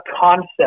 concept